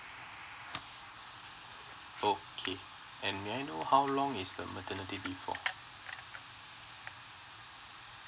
okay and may I know how long is the maternity leave for